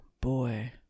boy